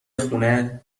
خونه